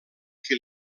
que